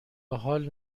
حال